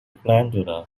glandular